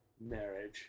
marriage